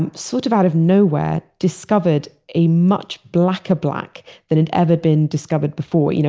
and sort of out of nowhere, discovered a much blacker black than it ever been discovered before. you know